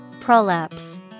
Prolapse